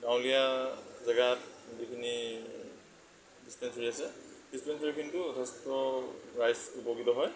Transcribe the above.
গাঁৱলীয়া জেগাত যিখিনি ডিস্পেঞ্চেৰি আছে ডিস্পেঞ্চেৰিখিনিতো যথেষ্ট ৰাইজ উপকৃত হয়